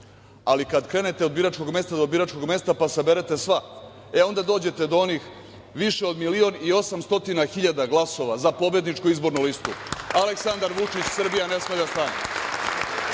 ali kada krenete od biračkog mesta do biračkog mesta, pa saberete sva, onda dođete do onih više od milion i 800 hiljada glasova za pobedničku izbornu listu Aleksandar Vučić – Srbija ne sme da stane. Taj